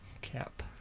Cap